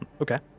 Okay